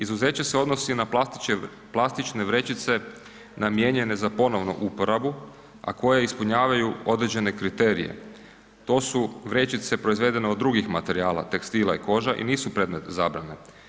Izuzeće se odnosi na plastične vrećice namijenjene za ponovnu uporabu, a koje ispunjavaju određene kriterije, to su vrećice proizvedene od drugih materijala tekstila i kože i nisu predmet zabrane.